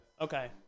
Okay